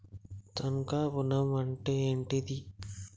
తనఖా ఋణం అంటే ఏంటిది?